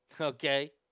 Okay